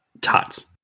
Tots